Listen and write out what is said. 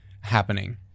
happening